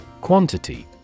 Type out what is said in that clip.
Quantity